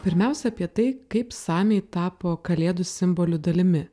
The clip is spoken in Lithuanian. pirmiausia apie tai kaip samiai tapo kalėdų simbolių dalimi